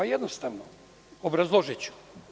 Jednostavno, obrazložiću.